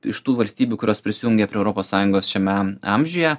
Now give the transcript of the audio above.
iš tų valstybių kurios prisijungė prie europos sąjungos šiame amžiuje